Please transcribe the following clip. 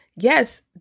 yes